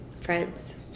Friends